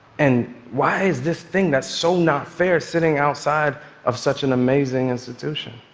and why is this thing that's so not fair sitting outside of such an amazing institution.